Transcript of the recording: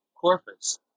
corpus